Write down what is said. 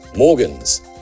Morgan's